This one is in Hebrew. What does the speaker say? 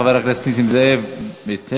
חבר הכנסת נסים זאב ויתר.